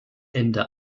ende